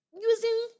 using